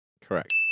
Correct